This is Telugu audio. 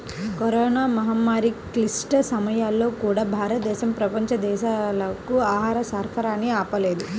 కరోనా మహమ్మారి క్లిష్ట సమయాల్లో కూడా, భారతదేశం ప్రపంచ దేశాలకు ఆహార సరఫరాని ఆపలేదు